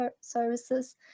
services